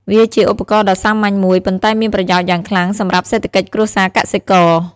វាជាឧបករណ៍ដ៏សាមញ្ញមួយ ប៉ុន្តែមានប្រយោជន៍យ៉ាងខ្លាំងសម្រាប់សេដ្ឋកិច្ចគ្រួសារកសិករ។